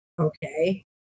Okay